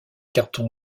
carton